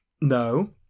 No